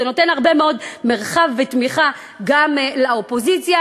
זה נותן הרבה מאוד מרחב ותמיכה גם לאופוזיציה,